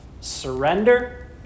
surrender